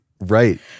Right